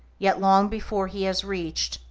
yet long before he has reached,